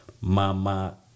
Mama